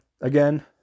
again